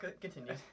continue